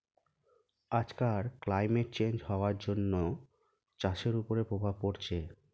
আজকাল climate change হওয়ার জন্য চাষের ওপরে প্রভাব পড়ছে